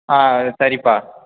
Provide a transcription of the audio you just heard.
ஆ சரிப்பா